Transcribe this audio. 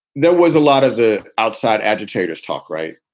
there was a lot of the outside agitators talk, right.